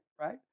right